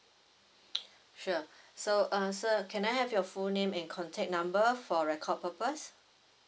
sure so err sir can I have your full name and contact number for record purpose